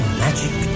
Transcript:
magic